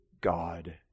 God